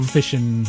Fishing